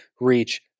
reach